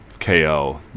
KO